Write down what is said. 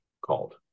called